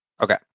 Okay